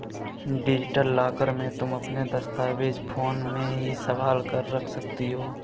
digital locker में तुम अपने दस्तावेज फोन में ही संभाल कर रख सकती हो